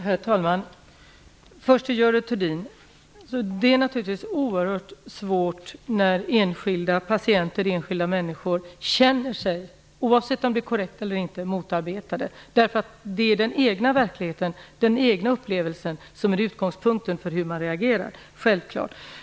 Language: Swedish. Herr talman! Jag vänder mig först till Görel Thurdin. Det är naturligtvis oerhört svårt när enskilda patienter känner sig motarbetade, oavsett om känslan är bekräftad eller inte. Det är självfallet den egna verkligheten, den egna upplevelsen, som är utgångspunkten för hur man reagerar.